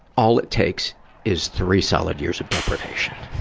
all it takes is three solid years of deprivation. oh